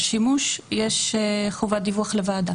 השימוש יש חובת דיווח לוועדה.